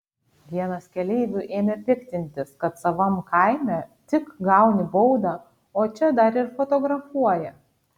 vienas keleivių ėmė piktintis kad savam kaime tik gauni baudą o čia dar ir fotografuoja